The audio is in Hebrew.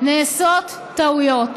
נעשות טעויות.